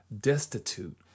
destitute